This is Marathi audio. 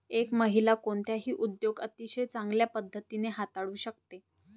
एक महिला कोणताही उद्योग अतिशय चांगल्या पद्धतीने हाताळू शकते